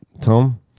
Tom